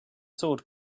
sword